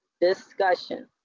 discussion